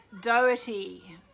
doherty